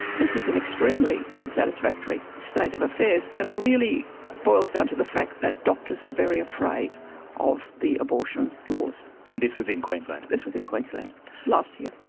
this was an extremely unsatisfactory state of affairs and really boils down to the fact that doctors are very afraid of the abortion laws. and this was in queensland? this was in queensland last year.